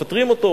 מפטרים אותו,